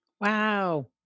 Wow